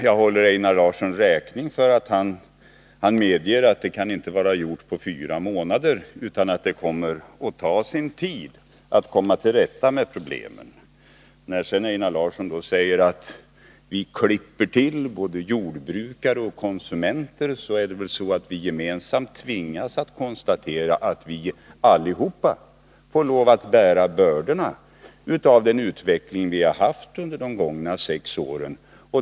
Jag håller Einar Larsson räkning för att han medger att det inte kan vara gjort på fyra månader utan att det kommer att ta sin tid att komma till rätta med problemen. När Einar Larsson sedan påstår att vi klipper till både jordbrukare och konsumenter vill jag säga att vi gemensamt tvingas konstatera att vi alla får lov att bära bördorna av den utveckling vi haft under de gångna sex åren.